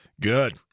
good